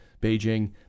Beijing